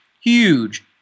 huge